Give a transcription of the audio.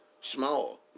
small